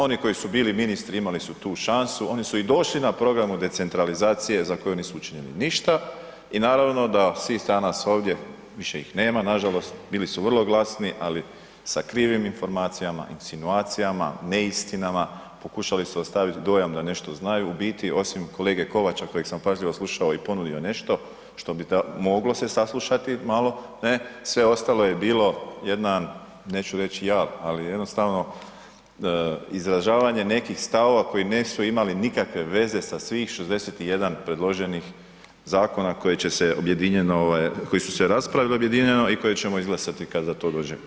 Oni koji su bili ministri, imali su tu šansu, oni su i došli na programu decentralizacije za koju nisu učinili ništa i naravno da svi danas ovdje, više ih nema nažalost, bili su vrlo glasni ali sa krivim informacijama, insinuacijama, neistinama, pokušali su ostaviti dojam da nešto znaju, u biti osim kolege Kovača kojeg sam pažljivo slušao i ponudio je nešto što bi moglo se saslušati malo, sve ostalo je bilo jedan neću reći jad, ali jednostavno izražavanje nekih stavova koji nisu imali nikakve veze sa svih 61 predloženih zakona koji su se raspravljali objedinjeno i koje ćemo izglasati kad za to dođe vrijeme.